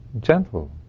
gentle